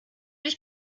dich